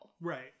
Right